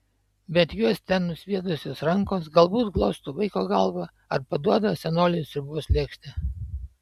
bet juos ten nusviedusios rankos galbūt glosto vaiko galvą ar paduoda senoliui sriubos lėkštę